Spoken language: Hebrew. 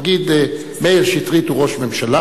נגיד מאיר שטרית הוא ראש ממשלה,